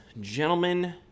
gentlemen